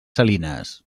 salines